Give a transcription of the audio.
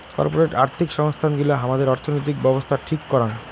corporate আর্থিক সংস্থান গিলা হামাদের অর্থনৈতিক ব্যাবছস্থা ঠিক করাং